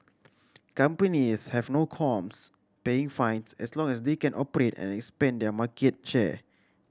companies have no qualms paying fines as long as they can operate and expand their market share